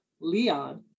Leon